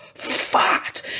Fat